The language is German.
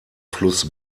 fluss